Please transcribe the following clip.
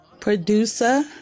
producer